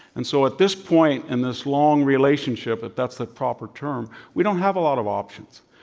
and so at this point in this long relationship, if that's the proper term, we don't have a lot of options.